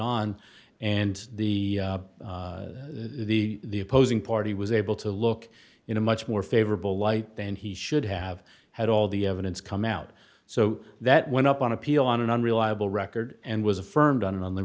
on and the the the opposing party was able to look in a much more favorable light then he should have had all the evidence come out so that went up on appeal on an unreliable record and was affirmed on